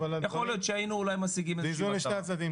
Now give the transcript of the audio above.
יכול להיות שהיינו משיגים איזה --- אבל יש לזה שני צדדים,